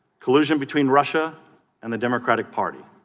collision between russia and the democratic party